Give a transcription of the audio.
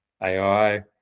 AI